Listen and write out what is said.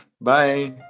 Bye